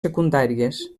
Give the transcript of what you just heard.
secundàries